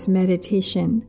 meditation